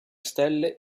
stelle